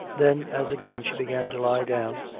then, as again she began to lie down,